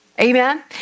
Amen